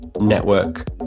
network